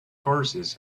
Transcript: courses